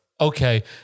okay